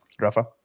Rafa